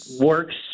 Works